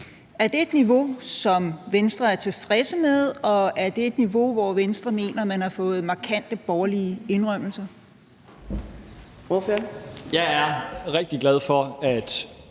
Er det et niveau, som Venstre er tilfredse med, og er det et niveau, hvor Venstre mener, at man har fået markante borgerlige indrømmelser?